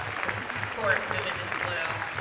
um to support women as well,